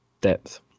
depth